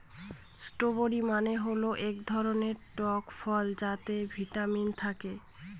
strawberry মানে হয় এক ধরনের টক ফল যাতে ভিটামিন থাকে